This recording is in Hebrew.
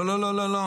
לא לא לא.